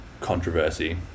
controversy